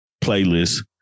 playlist